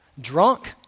drunk